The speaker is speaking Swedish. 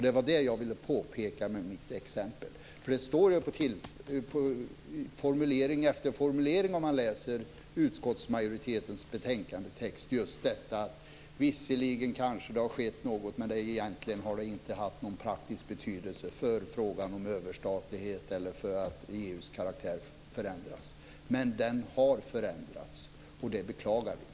Det var det jag ville påpeka med mitt exempel. Just detta formuleras gång på gång i utskottsmajoritetens betänkandetext. Någonting har kanske skett, men det har inte haft någon praktiskt betydelse för frågan om överstatlighet eller för EU:s karaktär. Men EU:s karaktär har förändrats, och det beklagar vi.